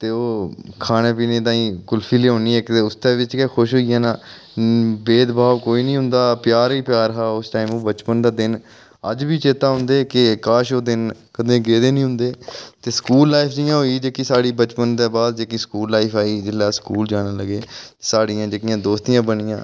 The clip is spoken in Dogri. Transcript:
ते ओह् खाने पीने ताईं कुल्फी लुआनी इक ते उस ते बिच गै खुश होई जाना ते भेद भाव कोई निं होंदा हा प्यार गै प्यार उस टाइम बचपन दा दिन अज्ज बी चेता औंदे के काश ओह् दिन कदें गेदे निं होंदे ते स्कूल लाइफ जि'यां होई जेह्की साढ़ी जि'यां साढ़ै बचपन दे बाद स्कूल लाइफ आई जिसलै अस स्कूल जाह्न लेगे साढ़ी जेह्कियां दोस्तियां बनियां बिना